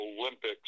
Olympics